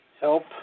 help